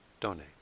donate